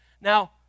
Now